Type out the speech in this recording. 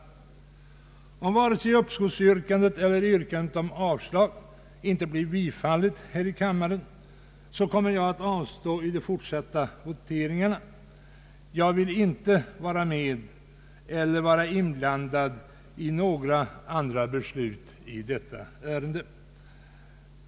Om inte vare sig uppskovsyrkandet eller yrkandet om avslag blir bifallet här i kammaren, så kommer jag att avstå från att rösta i de fortsatta voteringarna. Jag vill inte vara med om eller vara inblandad i några andra beslut i detta ärende.